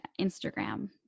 Instagram